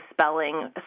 spelling